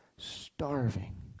starving